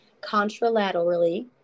contralaterally